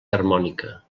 harmònica